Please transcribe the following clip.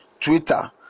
twitter